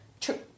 True